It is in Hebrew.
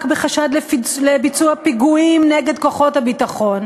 בחשד לביצוע פיגועים נגד כוחות הביטחון.